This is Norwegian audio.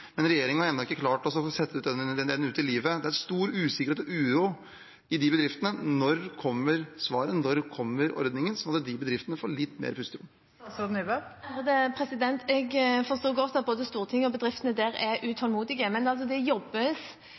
men regjeringen har ennå ikke klart å sette den ut i livet. Det er stor usikkerhet og uro i disse bedriftene. Når kommer svaret, når kommer ordningen, slik at de bedriftene kan få litt mer pusterom? Jeg forstår godt at både Stortinget og de bedriftene er utålmodige, men